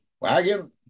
wagon